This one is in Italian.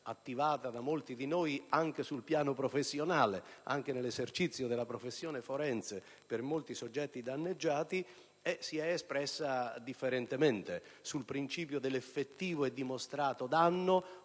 (attivata da molti di noi, anche sul piano professionale, nell'esercizio della professione forense in difesa di molti soggetti danneggiati) si è espressa differentemente, o sul principio dell'effettivo e dimostrato danno,